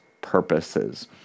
purposes